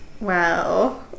Wow